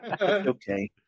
okay